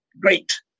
great